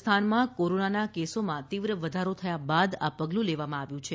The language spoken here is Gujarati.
રાજસ્થાન માં કોરોનાના કેસોમાં તીવ્ર વધારો થયા બાદ આ પગલું લેવામાં આવ્યું છે